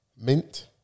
Mint